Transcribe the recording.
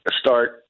start